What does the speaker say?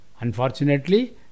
Unfortunately